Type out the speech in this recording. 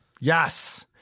Yes